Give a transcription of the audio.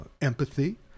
empathy